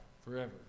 Forever